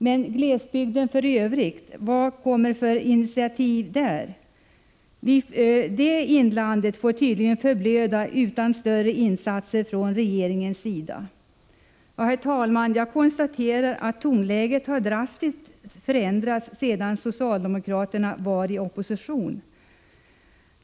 Men vilka initiativ kommer att tas beträffande glesbygden i övrigt? Detta inland får tydligen förblöda utan större insatser från regeringens sida. Herr talman! Jag konstaterar att tonläget har drastiskt förändrats sedan socialdemokraterna var i opposition.